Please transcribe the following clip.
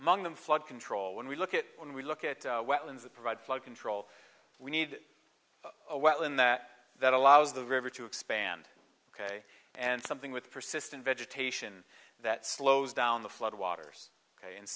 among them flood control when we look at when we look at wetlands that provide flood control we need a well in that that allows the river to expand ok and something with persistent vegetation that slows down the flood water